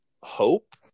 hope